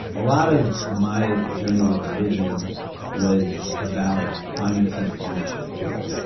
a lot of my journey with religion was about finding a sense of ownership to it.